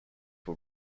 for